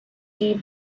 deep